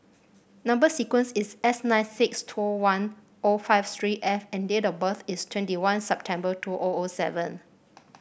number sequence is S nine six two one o five three F and date of birth is twenty one September two O O seven